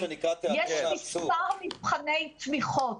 יש מספר מבחני תמיכות,